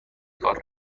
کار